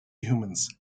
humans